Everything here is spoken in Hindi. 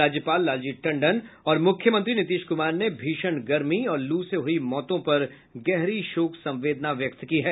राज्यपाल लालजी टंडन और मुख्यमंत्री नीतीश कुमार ने भीषण गर्मी और लू से हुई मौतों पर गहरी शोक संवेदना व्यक्त की है